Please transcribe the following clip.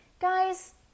guys